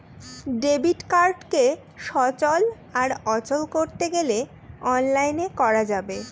debit কার্ডকে সচল আর অচল করতে গেলে অনলাইনে করা যাবে